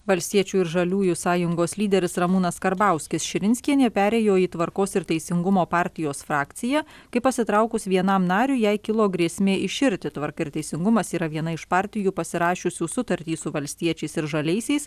valstiečių ir žaliųjų sąjungos lyderis ramūnas karbauskis širinskienė perėjo į tvarkos ir teisingumo partijos frakciją kai pasitraukus vienam nariui jai kilo grėsmė iširti tvarka ir teisingumas yra viena iš partijų pasirašiusių sutartį su valstiečiais ir žaliaisiais